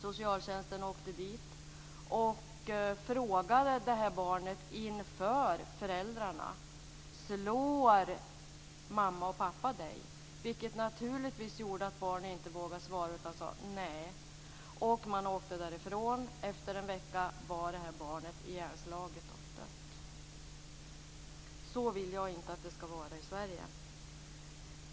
Socialtjänsten åkte dit och frågade barnet inför föräldrarna: Slår mamma och pappa dig? Det gjorde naturligtvis att barnet inte vågade svara utan sade nej. Man åkte därifrån. Efter en vecka hade barnet slagits ihjäl och dött. Så vill jag inte att det ska vara i Sverige.